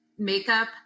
Makeup